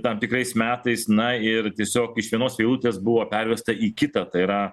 tam tikrais metais na ir tiesiog iš vienos eilutės buvo pervesta į kitą tai yra